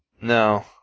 No